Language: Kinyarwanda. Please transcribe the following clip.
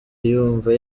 yumva